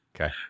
Okay